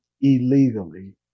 illegally